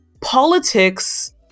politics